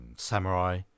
Samurai